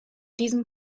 diesem